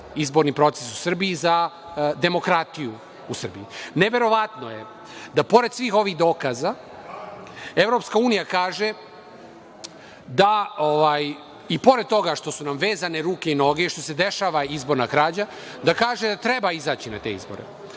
izborni proces u Srbiji, za demokratiju u Srbiji. Neverovatno je da, pored svih ovih dokaza, EU kaže da, i pored toga što su nam vezane ruke i noge i što se dešava izborna krađa, treba izaći na te izbori.